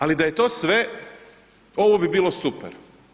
Ali da je to sve, ovo bi bilo super.